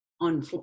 on